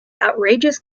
outrageous